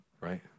Right